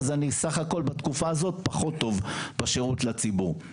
אני סך הכול בתקופה הזאת פחות טוב בשירות לציבור.